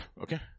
okay